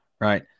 right